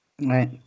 Right